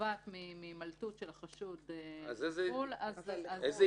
ונובעת מהימלטות של החשוד לחו"ל -- איזו